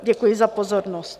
Děkuji za pozornost.